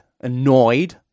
Annoyed